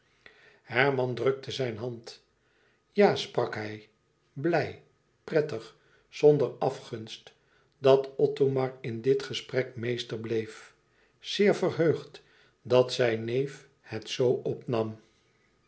herman drukte zijne hand ja sprak hij blij prettig zonder afgunst dat othomar in dit gesprek meester bleef zeer verheugd dat zijn neef het zoo opnam